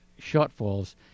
shortfalls